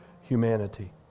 humanity